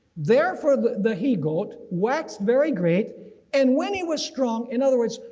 therefore the the he goat waxed very great and when he was strong. in other words,